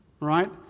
right